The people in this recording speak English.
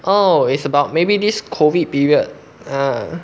oh it's about maybe this COVID period ah